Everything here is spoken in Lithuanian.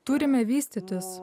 turime vystytis